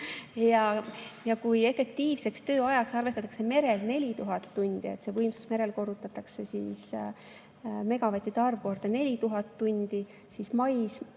Kui efektiivseks tööajaks arvestatakse merel 4000 tundi, see võimsus merel korrutatakse nii, et megavattide arv korda 4000 tundi, siis maismaal